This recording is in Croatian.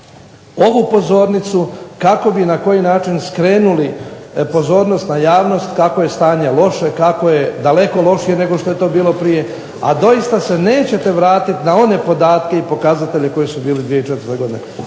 ovu pozornicu kako bi i na koji način skrenuli pozornost na javnost kako je stanje loše, kako je daleko lošije nego što je to bilo prije, a doista se nećete vratiti na one podatke i pokazatelje koji su bili 2004. godine.